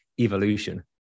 evolution